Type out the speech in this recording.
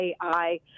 AI